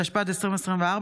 התשפ"ד 2024,